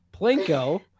Plinko